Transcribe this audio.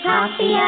Happy